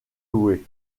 loué